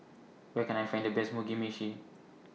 Where Can I Find The Best Mugi Meshi